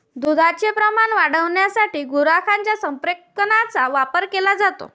दुधाचे प्रमाण वाढविण्यासाठी गुरांच्या संप्रेरकांचा वापर केला जातो